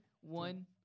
One